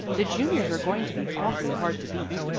the juniors are going to be awfully hard to beat.